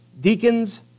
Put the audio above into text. deacons